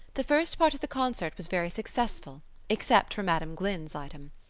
the first part of the concert was very successful except for madam glynn's item.